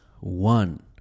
one